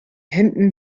händen